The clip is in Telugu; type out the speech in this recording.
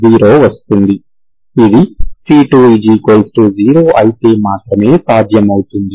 ఇది c20 అయితే మాత్రమే సాధ్యమవుతుంది